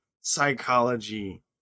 psychology